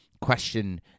question